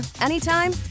anytime